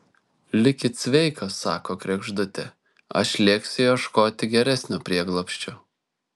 likit sveikos sako kregždutė aš lėksiu ieškoti geresnio prieglobsčio